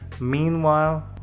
Meanwhile